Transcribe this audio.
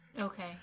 Okay